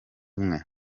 umwe